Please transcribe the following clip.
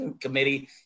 committee